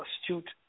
astute